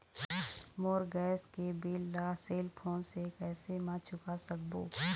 मोर gas के bill ला cell phone से कैसे म चुका सकबो?